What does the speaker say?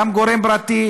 גם על גורם פרטי,